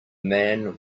man